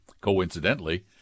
coincidentally